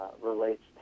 relates